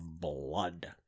blood